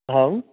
अहं